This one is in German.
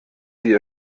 sie